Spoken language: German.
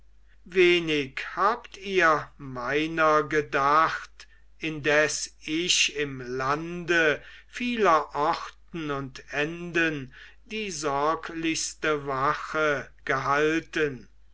wenig habt ihr meiner gedacht indes ich im lande vieler orten und enden die sorglichste wache gehalten